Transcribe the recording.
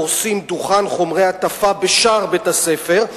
פורסים דוכן חומרי הטפה בשער בית-הספר,